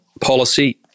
policy